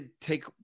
take